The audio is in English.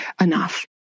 enough